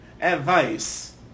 Advice